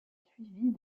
suivies